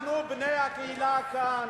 אנחנו, בני הקהילה כאן,